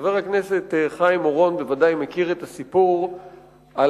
חבר הכנסת חיים אורון בוודאי מכיר את הסיפור על